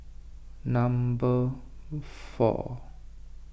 number four